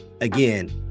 again